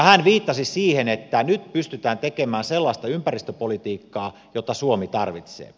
hän viittasi siihen että nyt pystytään tekemään sellaista ympäristöpolitiikkaa jota suomi tarvitsee